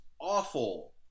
awful